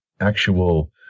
actual